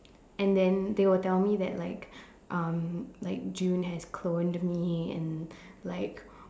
and then they will tell me that like um like June has cloned me and like